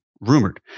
rumored